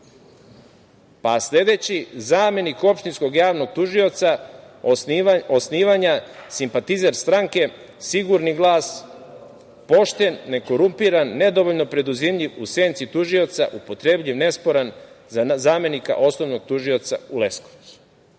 – zamenik opštinskog javnog tužioca, simpatizer stranke, sigurni glas, pošten, nekorumpiran, nedovoljno preduzimljiv, u senci tužioca, upotrebljiv, nesporan za zamenika osnovnog tužioca u Leskovcu. To